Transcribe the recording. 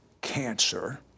cancer